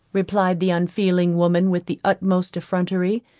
replied the unfeeling woman with the utmost effrontery,